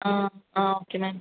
ആ ആ ഓക്കേ മാം